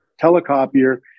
telecopier